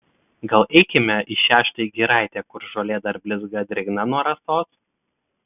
gal eikime į šią štai giraitę kur žolė dar blizga drėgna nuo rasos